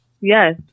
Yes